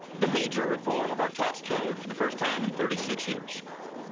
the major reform of our tax code for the first time in thirty six years,